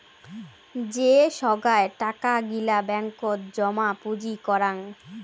যে সোগায় টাকা গিলা ব্যাঙ্কত জমা পুঁজি করাং